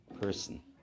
person